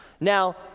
Now